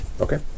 Okay